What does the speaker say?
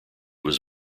was